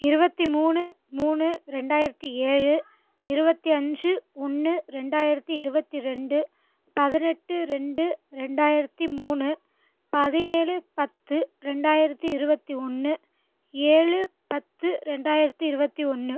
இருபத்தி மூணு மூணு ரெண்டாயிரத்தி ஏழு இருபத்தி அஞ்சு ஒன்று ரெண்டாயிரத்தி இருபத்தி ரெண்டு பதினெட்டு ரெண்டு ரெண்டாயிரத்தி மூணு பதினேழு பத்து ரெண்டாயிரத்தி இருபத்தி ஒன்று ஏழு பத்து ரெண்டாயிரத்தி இருபத்தி ஒன்று